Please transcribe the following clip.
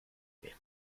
immer